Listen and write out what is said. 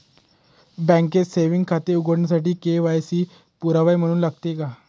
बँकेत सेविंग खाते उघडण्यासाठी के.वाय.सी पुरावा म्हणून लागते का?